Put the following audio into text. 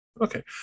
Okay